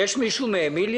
יש פה מישהו מאמיליה?